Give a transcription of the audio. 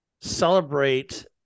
celebrate